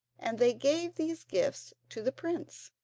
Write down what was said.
and they gave these gifts to the prince.